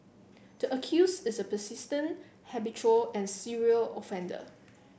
the accused is a persistent habitual and serial offender